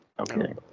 okay